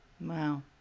Wow